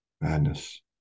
Madness